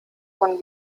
von